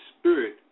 spirit